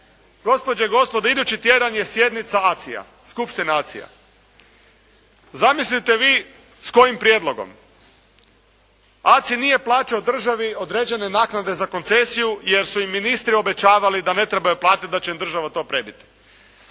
Gospođe i gospodo idući tjedan je sjednica ACI-a, skupština ACI-a, zamislite vi s kojim prijedlogom. ACI-a nije plaćao državi određene naknade za koncesiju jer su im ministri obećavali da ne trebaju platiti, da će im država to prebiti.